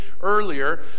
earlier